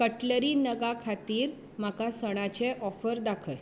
cutlery नगां खातीर म्हाका सणाचें ऑफर दाखय